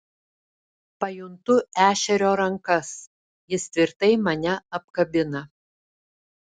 pajuntu ešerio rankas jis tvirtai mane apkabina